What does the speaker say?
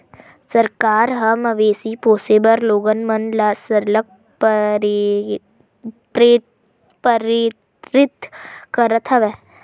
सरकार ह मवेशी पोसे बर लोगन मन ल सरलग प्रेरित करत हवय